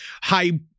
high-